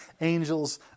angels